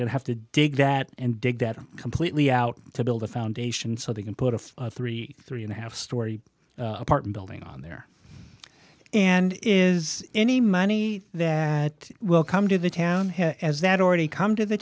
going to have to dig that and dig that completely out to build a foundation so they can put a thirty three dollars and a half story apartment building on there and is any money that will come to the town that already come to the